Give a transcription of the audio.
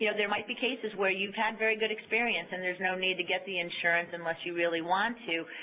you know there might be cases where you've had very good experience and there's no need to get the insurance unless you really want to,